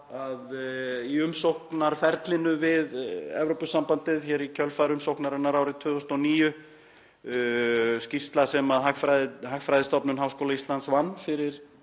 var í umsóknarferlinu við Evrópusambandið í kjölfar umsóknarinnar árið 2009, skýrsla sem Hagfræðistofnun Háskóla Íslands vann fyrir